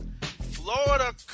Florida